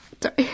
Sorry